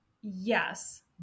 Yes